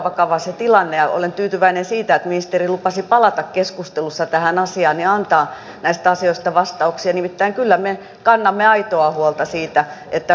ensin olisin kiittänyt ministeri niinistöä siitä että olette ministerin toimessanne suhtautunut minusta hyvin myönteisesti pohjoismaisen yhteistyön kehittämiseen eurooppalaisen yhteistyön kehittämiseen ja kansainväliseen kriisinhallintaan